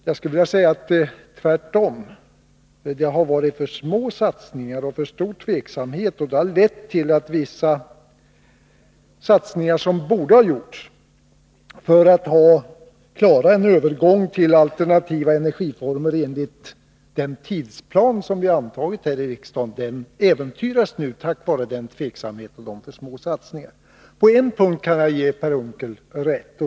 Jag skulle vilja säga tvärtom — det hår varit för små satsningar och för stor tveksämhet, och det har lett till att vissa satsningar som borde ha gjorts för att klara en övergång till alternativa energiformer enligt den tidsplan som vi antagit här i riksdagen äventyras. På en punkt kan jag ge Per Unckel rätt.